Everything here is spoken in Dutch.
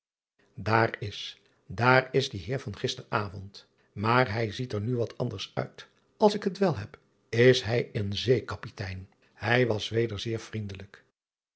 aar is daar is die eer van gisteren avond maar hij ziet er nu wat anders uit ls ik het wel heb is hij een ee kapitein ij was weder zeer vriendelijk